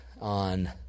on